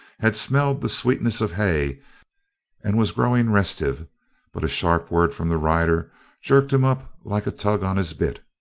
had smelled the sweetness of hay and was growing restive but a sharp word from the rider jerked him up like a tug on his bit.